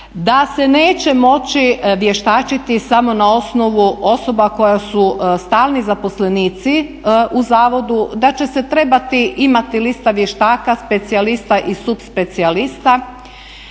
da se neće moći vještačiti samo na osnovu osoba koje su stalni zaposlenici u zavodu, da će se trebati imati lista vještaka, specijalista i subspecijalista,